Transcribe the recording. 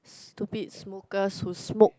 stupid smokers who smoked